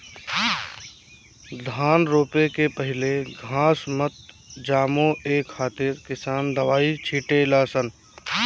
धान रोपे के पहिले घास मत जामो ए खातिर किसान दवाई छिटे ले सन